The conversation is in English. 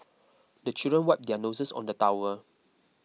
the children wipe their noses on the towel